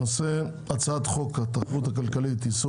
על סדר-היום: הצעת חוק התחרות הכלכלית (איסור